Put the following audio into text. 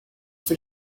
for